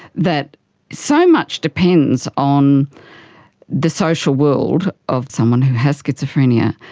that so much depends on the social world of someone who has schizophrenia,